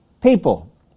people